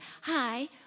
Hi